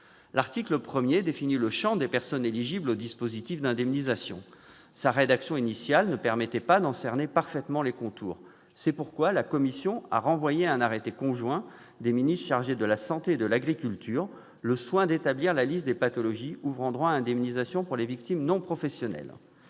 L'article 1 définit le champ des personnes éligibles au dispositif d'indemnisation. Sa rédaction initiale ne permettait pas d'en cerner parfaitement les contours. C'est pourquoi la commission a renvoyé à un arrêté conjoint des ministres chargés de la santé et de l'agriculture le soin d'établir la liste des pathologies ouvrant droit à indemnisation pour les victimes non professionnelles.